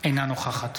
אינה נוכחת